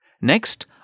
Next